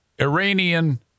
Iranian